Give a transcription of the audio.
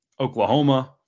Oklahoma